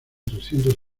trescientos